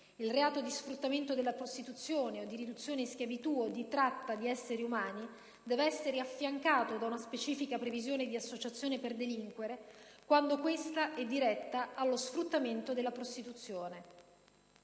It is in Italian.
il reato di sfruttamento della prostituzione, di riduzione in schiavitù o di tratta di esseri umani deve essere affiancato da una specifica previsione di associazione per delinquere, quando questa è diretta allo sfruttamento della prostituzione.